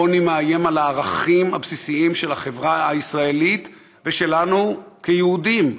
העוני מאיים על הערכים הבסיסיים של החברה הישראלית ושלנו כיהודים,